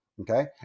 Okay